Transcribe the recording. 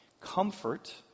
comfort